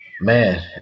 man